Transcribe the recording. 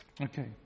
Okay